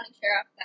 sheriff